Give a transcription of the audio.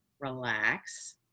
relax